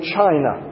China